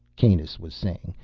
kanus was saying,